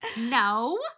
No